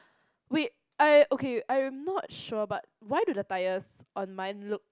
wait I okay I am not sure but why do the tires on mine look